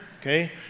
okay